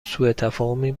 سوتفاهمی